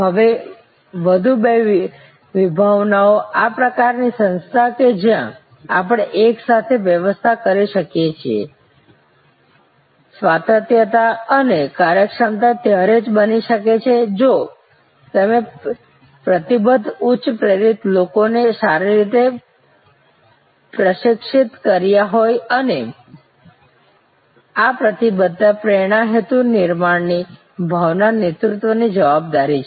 હવે વધુ બે વિભાવનાઓ આ પ્રકારની સંસ્થા કે જ્યાં આપણે એકસાથે વ્યવસ્થા કરી શકીએ છીએ સ્વાયત્તતા અને કાર્યક્ષમતા ત્યારે જ બની શકે છે જો તમે પ્રતિબદ્ધ ઉચ્ચ પ્રેરિત લોકોને સારી રીતે પ્રશિક્ષિત કર્યા હોય અને આ પ્રતિબદ્ધતા પ્રેરણા હેતુ નિર્માણની ભાવના નેતૃત્વની જવાબદારી છે